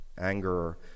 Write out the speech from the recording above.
anger